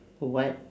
what